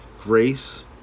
grace